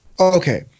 Okay